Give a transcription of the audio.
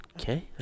okay